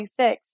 26